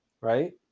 Right